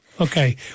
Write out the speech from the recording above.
Okay